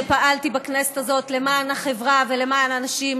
פעלתי בכנסת הזאת למען החברה ולמען הנשים,